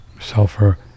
sulfur